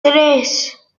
tres